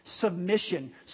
Submission